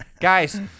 Guys